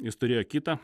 jis turėjo kitą